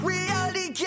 Reality